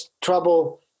trouble